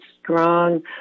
strong